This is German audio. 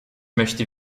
möchte